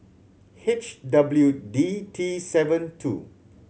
H W D T seven two